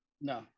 no